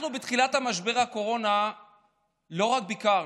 אנחנו בתחילת משבר הקורונה לא רק ביקרנו,